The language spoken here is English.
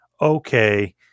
okay